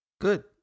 good